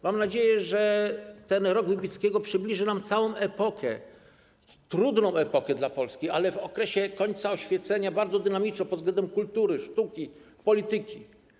Mam nadzieję, że ten rok Wybickiego przybliży nam całą epokę, trudną epokę dla Polski, ale w okresie końca oświecenia bardzo dynamiczną pod względem kultury, sztuki i polityki.